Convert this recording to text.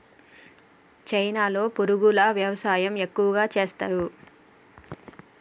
చైనాలో పురుగుల వ్యవసాయం ఎక్కువగా చేస్తరు